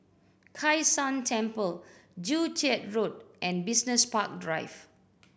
Kai San Temple Joo Chiat Road and Business Park Drive